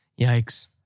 Yikes